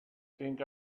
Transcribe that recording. think